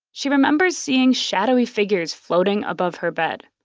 she remembers seeing shadowy figures floating above her bed.